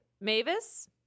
Mavis